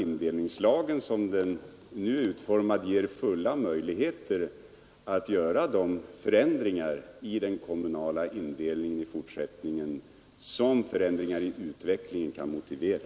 Indelningslagen, som den nu är utformad, ger fulla möjligheter att göra de ändringar i den kommunala indelningen i fortsättningen som förändringar i utvecklingen kan motivera.